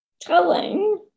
telling